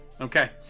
Okay